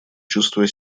чувствуя